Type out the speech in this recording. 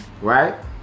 right